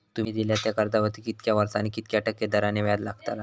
तुमि दिल्यात त्या कर्जावरती कितक्या वर्सानी कितक्या टक्के दराने व्याज लागतला?